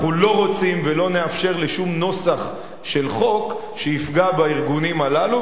אנחנו לא רוצים ולא נאפשר לשום נוסח של חוק לפגוע בארגונים הללו,